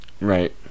right